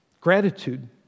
Gratitude